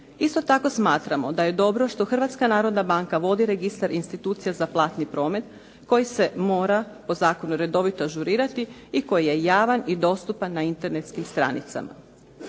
Isto tako smatramo da je dobro što Hrvatska narodna banka vodi registar institucija za platni promet koji se mora po zakonu redovito ažurirati i koji je javan i dostupan na internetskim stranicama.